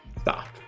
stop